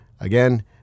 again